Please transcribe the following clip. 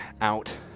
out